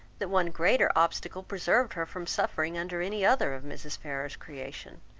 that one greater obstacle preserved her from suffering under any other of mrs. ferrars's creation,